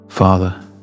Father